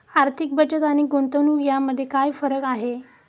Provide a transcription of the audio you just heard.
आर्थिक बचत आणि गुंतवणूक यामध्ये काय फरक आहे?